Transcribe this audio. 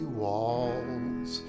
walls